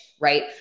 right